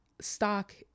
stock